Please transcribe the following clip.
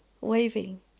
waving